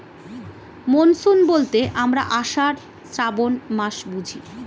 monsoon বলতে আমরা আষাঢ়, শ্রাবন মাস বুঝি